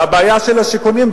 והבעיה של השיכונים,